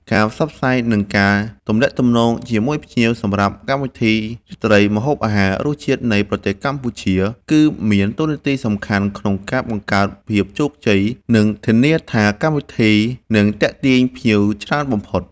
ការផ្សព្វផ្សាយ និងការទំនាក់ទំនងជាមួយភ្ញៀវសម្រាប់កម្មវិធីរាត្រីម្ហូបអាហារ “រសជាតិនៃប្រទេសកម្ពុជា” គឺមានតួនាទីសំខាន់ក្នុងការបង្កើតភាពជោគជ័យ និងធានាថាកម្មវិធីនឹងទាក់ទាញភ្ញៀវច្រើនបំផុត។